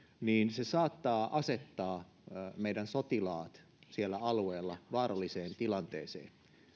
saattaa asettaa meidän sotilaat sillä alueella vaaralliseen tilanteeseen